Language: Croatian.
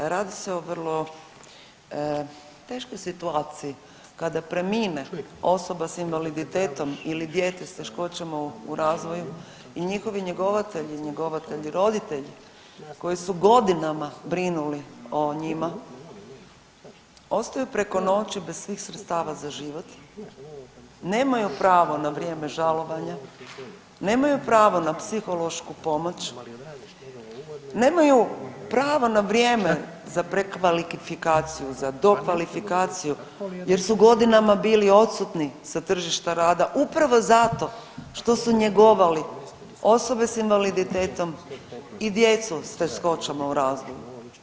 Radi se o vrlo teškoj situaciji kada premine osoba s invaliditetom ili dijete s teškoćama u razvoju i njihovi njegovatelji i njegovatelji roditelji koji su godinama brinuli u o njima ostaju preko noći bez svih sredstava za život, nemaju pravo na vrijeme žalovanja, nemaju pravo na psihološku pomoć, nemaju pravo na vrijeme za prekvalifikaciju, za dokvalifikaciju, jer su godinama bili odsutni sa tržišta rada upravo zato što su njegovali osobe s invaliditetom i djecu s teškoćama u razvoju.